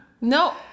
no